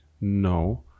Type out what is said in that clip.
no